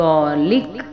Garlic